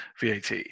VAT